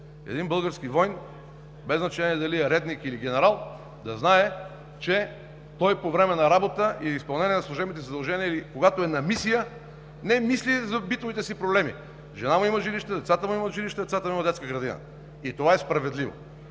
един български воин, без значение дали е редник, или генерал, да знае, че той по време на работа или изпълнение на служебните си задължения, или когато е на мисия, не мисли за битовите си проблеми. Жена му има жилище, децата му имат жилище, децата му имат детска градина, и това е справедливо.